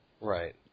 Right